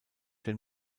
den